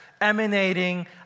emanating